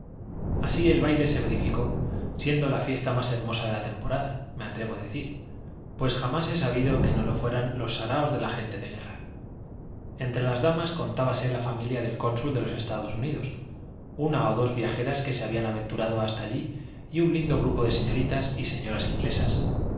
así el baile se verificó siendo la fiesta más hermosa de la temporada me atrevo a decir pues jamás he sabido que no lo fueran los saraos de la gente de guerra entre las damas contábase la familia del cónsul de los estados unidos una o dos viajeras que se habían aventurado hasta allí y un lindo grupo de señoritas y señoras inglesas